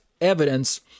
evidence